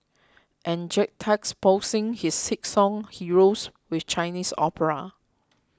and juxtaposing his sit song Heroes with Chinese opera